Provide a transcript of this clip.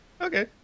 Okay